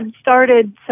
started